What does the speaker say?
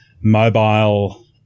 mobile